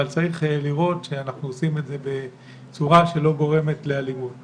אבל צריך לראות שאנחנו עושים את זה בצורה שלא גורמת לאלימות.